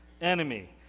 enemy